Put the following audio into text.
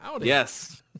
Yes